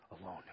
alone